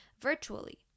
virtually